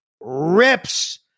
rips